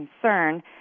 concern